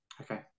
Okay